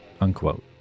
unquote